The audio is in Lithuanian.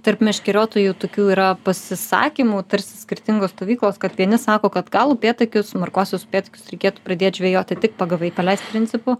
tarp meškeriotojų tokių yra pasisakymų tarsi skirtingos stovyklos kad vieni sako kad gal upėtakius marguosius upėtakius reikėtų pradėt žvejoti tik pagavai paleisk principu